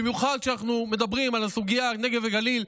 במיוחד כשאנחנו מדברים על הסוגיה של הנגב והגליל,